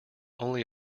only